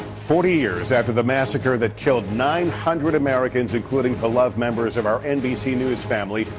forty years after the massacre that killed nine hundred americans including beloved members of our nbc news family,